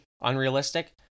unrealistic